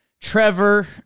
Trevor